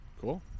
cool